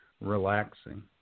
relaxing